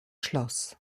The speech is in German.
schloss